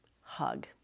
hug